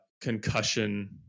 concussion